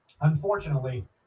unfortunately